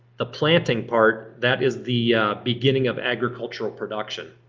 the planting part that is the beginning of agricultural production.